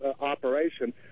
operation